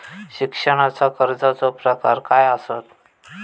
शिक्षणाच्या कर्जाचो प्रकार काय आसत?